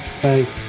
Thanks